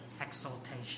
exaltation